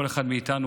כל אחד מאיתנו,